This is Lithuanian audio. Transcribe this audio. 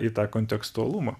į tą kontekstualumą